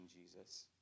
Jesus